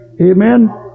Amen